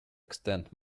extent